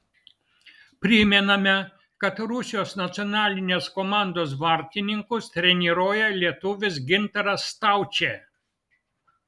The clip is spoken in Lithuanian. primename kad rusijos nacionalinės komandos vartininkus treniruoja lietuvis gintaras staučė